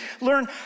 learn